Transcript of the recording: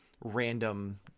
random